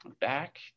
back